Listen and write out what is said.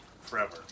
forever